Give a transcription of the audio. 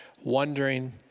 wondering